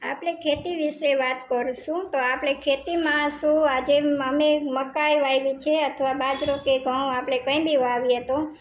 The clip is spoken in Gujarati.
આપણે ખેતી વિશે વાત કરીશું તો આપણે ખેતીમાં શું આજે અમે મકાઈ વાવી છે અથવા બાજારો કે ઘઉં આપડે કંઈ બી વાવીએ તો